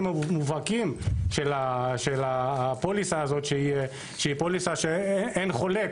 המובהקים של הפוליסה הזאת שהיא פוליסה שאין חולק.